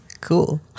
Cool